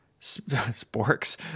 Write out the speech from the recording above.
Sporks